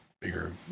bigger